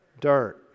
Dirt